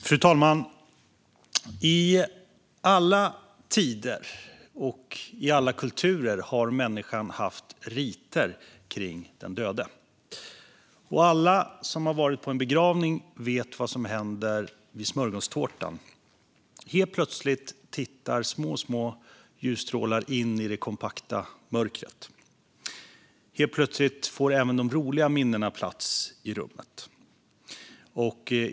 Fru talman! I alla tider och i alla kulturer har människan haft riter kring de döda. Alla som varit på en begravning vet vad som händer vid smörgåstårtan. Helt plötsligt tittar små ljusstrålar in i det kompakta mörkret. Helt plötsligt får även de roliga minnena plats i rummet.